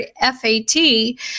F-A-T